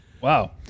Wow